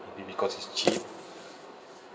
maybe because it's cheap